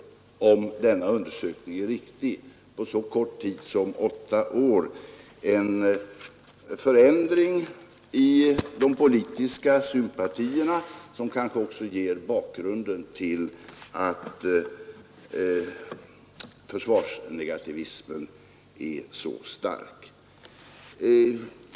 — Om denna undersökning är riktig har alltså på så kort tid som åtta år skett en förändring i de politiska sympatierna, vilket kanske också ger något av bakgrunden till att försvarsnegativismen blivit så stark.